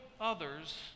others